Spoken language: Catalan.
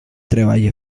treball